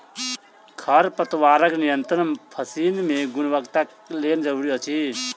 खरपतवार नियंत्रण फसील के गुणवत्ताक लेल जरूरी अछि